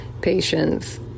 patients